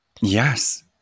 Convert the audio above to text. Yes